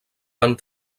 van